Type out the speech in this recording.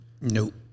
Nope